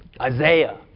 Isaiah